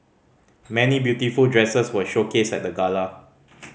many beautiful dresses were showcased at the gala